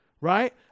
right